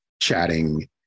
chatting